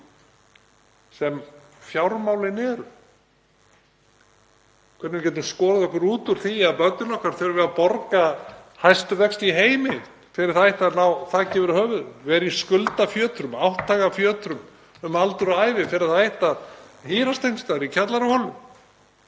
sem fjármálin eru, hvernig við getum skorið okkur út úr því að börnin okkar þurfi að borga hæstu vexti í heimi fyrir það eitt að ná þaki yfir höfuð, vera í skuldafjötrum, átthagafjötrum um aldur og ævi fyrir það eitt að hírast einhvers staðar í kjallaraholum.